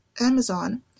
Amazon